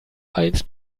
eins